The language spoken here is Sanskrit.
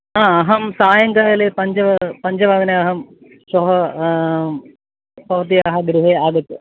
हा अहं सायङ्काले पञ्च पञ्चवादने अहं श्वः भवत्याः गृहे आगत्य